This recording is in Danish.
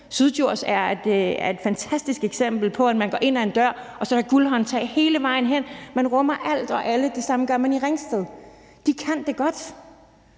Syddjurs er et fantastisk eksempel på, at du går ind ad en dør, og så er der guldhåndtag hele vejen hen; man rummer alt og alle. Det samme gør man i Ringsted. De kan det godt